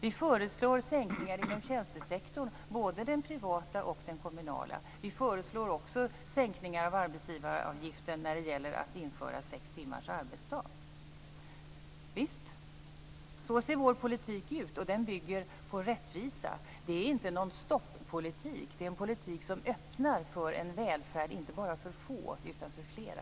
Vi föreslår sänkningar inom tjänstesektorn, både den privata och den kommunala. Vi föreslår också sänkningar av arbetsgivaravgiften när det gäller att införa sex timmars arbetsdag. Visst, så ser vår politik, och den bygger på rättvisa. Det är inte en stoppolitik, utan det är en politik som öppnar för en välfärd, inte bara för få utan för flera.